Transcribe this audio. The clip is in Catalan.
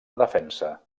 defensa